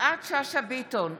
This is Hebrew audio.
יפעת שאשא ביטון,